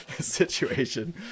situation